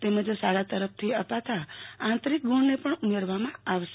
તેમજ શાળા તરફથી અપાતા આંતરીક ગુણને પણ ઉમેરવામાં આવશે